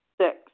Six